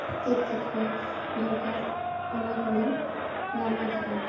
ᱪᱮᱫ ᱪᱮᱫ ᱠᱚ ᱫᱚᱨᱠᱟᱨ ᱚᱱᱟ ᱠᱚᱞᱤᱧ ᱧᱟᱢ ᱟᱠᱟᱫᱼᱟ